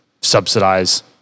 subsidize